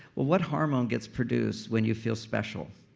what hormone gets produced when you feel special?